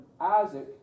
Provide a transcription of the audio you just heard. Isaac